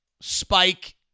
spike